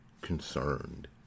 concerned